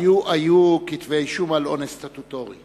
היו כתבי אישום על אונס סטטוטורי.